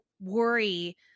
worry